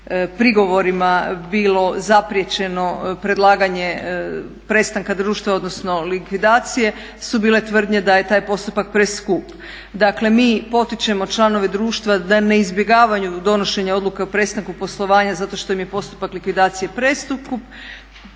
prigovorima bilo zapriječeno predlaganje prestanka društva odnosno likvidacije su bile tvrdnje da je taj postupak preskup. Dakle mi potičemo članove društva da ne izbjegavaju donošenje odluka o prestanku poslovanja zato što im je postupak likvidacije preskup,